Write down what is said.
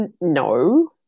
No